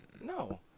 No